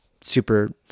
super